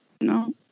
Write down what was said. No